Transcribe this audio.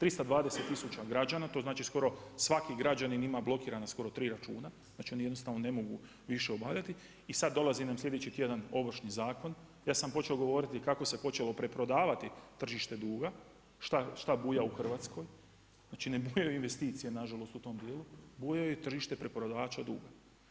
320 tisuća građana, to znači skoro svaki građanin ima blokirana skoro tri računa, znači oni jednostavno ne mogu više obavljati, i sad dolazi nam slijedeći Ovršni zakon, ja sam počeo govoriti kako se počelo preprodavati tržište duga, šta buja u Hrvatskoj, znači ne bujaju investicije nažalost u tom dijelu, bujaju tržišta preprodavača duga.